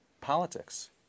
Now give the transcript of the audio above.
politics